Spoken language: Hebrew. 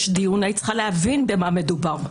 מוכנים, יש דיון והיית צריכה להבין במה מדובר,